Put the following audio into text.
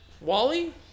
Wally